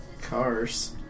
cars